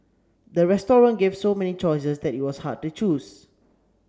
the restaurant gave so many choices that it was hard to choose